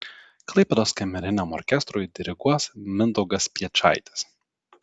klaipėdos kameriniam orkestrui diriguos mindaugas piečaitis